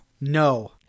No